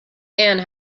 and